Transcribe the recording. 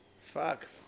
Fuck